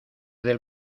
del